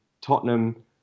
Tottenham